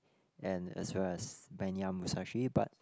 and as well as Menya-Musashi but